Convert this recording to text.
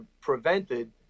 prevented